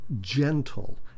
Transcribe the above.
gentle